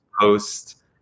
post –